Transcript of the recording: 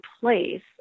place